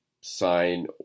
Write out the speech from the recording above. sign